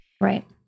Right